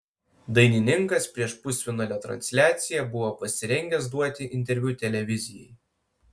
dainininkas prieš pusfinalio transliaciją buvo pasirengęs duoti interviu televizijai